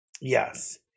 Yes